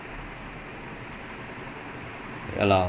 eh